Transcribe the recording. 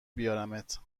بیارمت